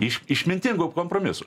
iš išmintingo kompromiso